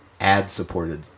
ad-supported